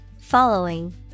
Following